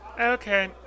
Okay